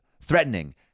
threatening